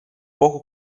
poco